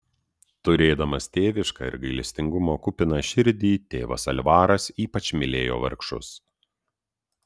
turėdamas tėvišką ir gailestingumo kupiną širdį tėvas alvaras ypač mylėjo vargšus